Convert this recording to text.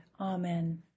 Amen